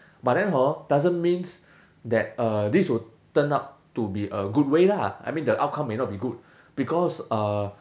but then hor doesn't mean that uh this will turn up to be a good way lah I mean the outcome may not be good because uh